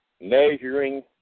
measuring